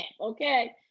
okay